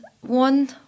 one